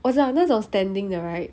我知道那种 standing 的 right